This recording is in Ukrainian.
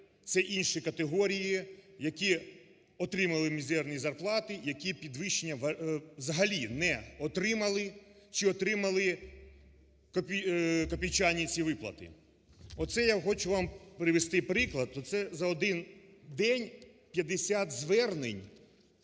це інші категорії, які отримали мізерні зарплати, які підвищення взагалі не отримали, чи отримали копійчані ці виплати. Оце я хочу вам привести приклад. Оце за один день 50 звернень,